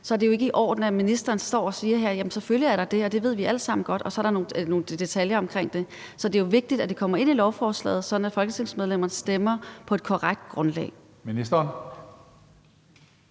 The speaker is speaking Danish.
så er det jo ikke i orden, at ministeren står her og siger, at selvfølgelig er der det, at det ved vi alle sammen godt, og at så er der nogle detaljer omkring det. Det er vigtigt, at det kommer ind i lovforslaget, sådan at folketingsmedlemmerne stemmer på et korrekt grundlag. Kl.